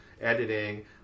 editing